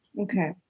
okay